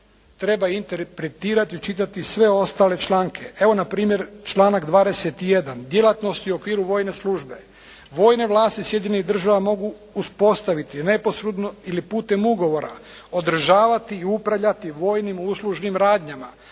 treba interpretirati i čitati sve ostale članke. Evo npr. članak 21. djelatnosti u okviru vojne službe. Vojne vlasti Sjedinjenih Američkih Država mogu uspostaviti neposredno ili putem ugovora održavati i upravljati vojnim uslužnim radnjama,